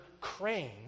crane